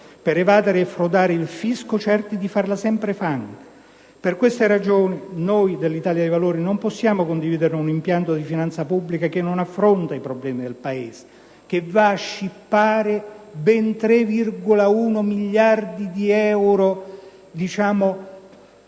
per evadere e frodare il fisco, certi di farla sempre franca. Per queste ragioni, noi dell'Italia dei Valori non possiamo condividere un impianto di finanza pubblica che non affronta i problemi del Paese, che va a scippare ben 3,1 miliardi di euro del TFR,